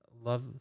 love